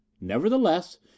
nevertheless